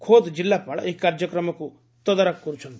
ଖୋଦ୍ ଜିଲ୍ଲାପାଳ ଏହି କାର୍ଯ୍ୟକ୍ରମକୁ ତଦାରଖ କରୁଛନ୍ତି